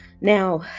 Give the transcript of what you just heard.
Now